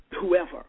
whoever